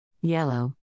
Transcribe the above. Yellow